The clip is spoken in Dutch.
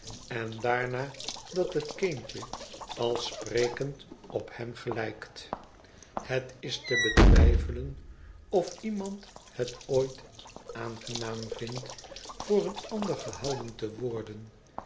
en daarna dat het kindje al sprekend op hem gelijkt is te betwijfelen of iemand het ooit aangenaam vindt voor een ander gehouden te worden